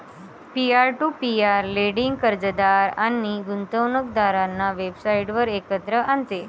peer to peer lending कर्जदार आणि गुंतवणूकदारांना वेबसाइटवर एकत्र आणते